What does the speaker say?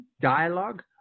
dialogue